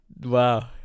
Wow